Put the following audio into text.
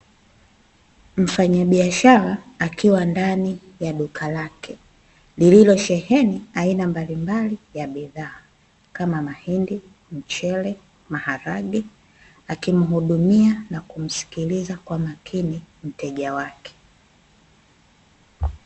Mfanyabiashara akiwa ndani ya duka lake lililosheheni aina mbalimbali ya bidhaa, kama mahindi, mchele, maharage akimhudumia na kumsikiliza kwa makini mteja wake.